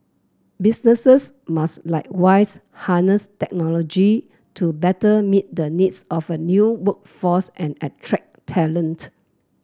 businesses must likewise harness technology to better meet the needs of a new workforce and attract talent